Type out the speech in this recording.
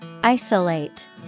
Isolate